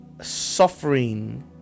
suffering